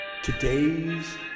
Today's